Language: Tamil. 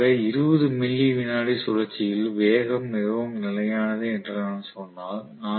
குறிப்பாக 20 மில்லி விநாடி சுழற்சியில் வேகம் மிகவும் நிலையானது என்று நான் சொன்னால்